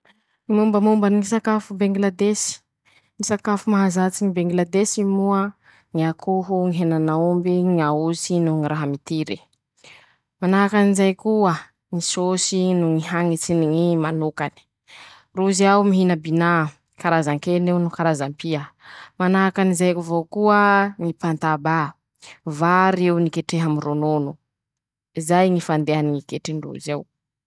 Ñy mombamomba ñy sakafo bengiladesy, ñy sakafo mahazatsy ñy bengiladesy moa: ñy akoho, ñy henan'aomby, ñ'aosy noho ñy ra mitiry, manahakan'izay koa ñy sôsy no ñy hañitsin'ny manokane, roziao mihina binaa karazanken'eo no karazampia, manahakan'izay avao koa, ñy pantaba var'io, niketrehy amindronono, zay ñy fandehany ñy ketrindroziao.